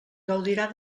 gaudirà